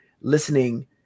listening